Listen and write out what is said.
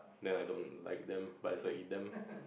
then I don't like them but so eat them